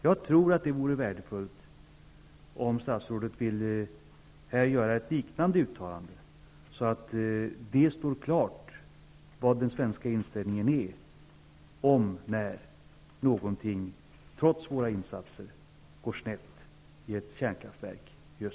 Jag tror att det vore värdefullt om statsrådet här ville göra ett liknande uttalande, så att det står klart vad den svenska inställningen är, om/när någonting trots våra insatser går snett i ett kärnkraftverk i